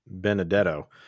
Benedetto